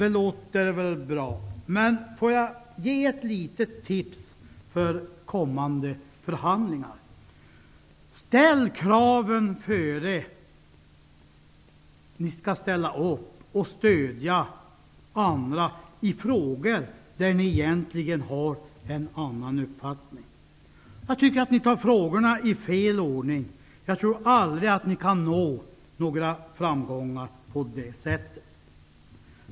Det låter väl bra, men får jag ge ett litet tips inför kommande förhandlingar? Ställ kraven innan ni ställer upp och stöder andra i frågor som ni egentligen har en annan uppfattning om. Ni gör saker i fel ordning. Jag tror aldrig att ni kan nå några framgångar på det sättet.